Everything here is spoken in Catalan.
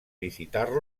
visitar